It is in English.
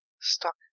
Stuck